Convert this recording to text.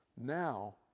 Now